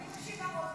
אני מקשיבה, מותק.